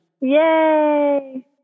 Yay